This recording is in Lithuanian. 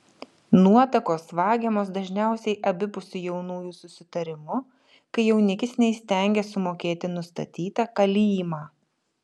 nuotakos vagiamos dažniausiai abipusiu jaunųjų susitarimu kai jaunikis neįstengia sumokėti nustatytą kalymą